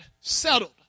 settled